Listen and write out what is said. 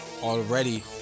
already